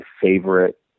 favorite